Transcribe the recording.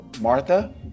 Martha